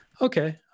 okay